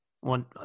one